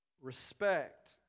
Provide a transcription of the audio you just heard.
respect